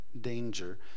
danger